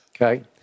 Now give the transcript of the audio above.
Okay